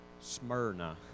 Smyrna